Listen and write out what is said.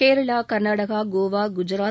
Kerala Karnataka Goa Gujarat